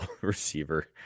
receiver